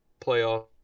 playoff